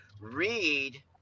read